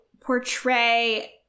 portray